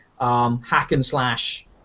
hack-and-slash